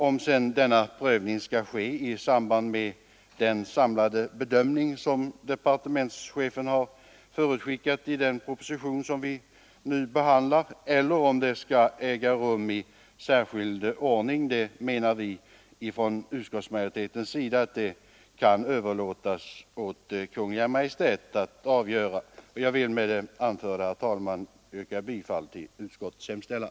Om denna prövning sedan skall ske i samband med den samlade bedömning som departementschefen har förutskickat i den proposition som vi nu behandlar eller om den skall ske i särskild ordning anser utskottsmajoriteten kan överlåtas till Kungl. Maj:t att avgöra. Herr talman! Med det anförda ber jag att få yrka bifall till utskottets hemställan.